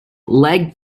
leg